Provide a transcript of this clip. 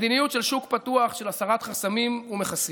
מדיניות של שוק פתוח, של הסרת חסמים ומכסים,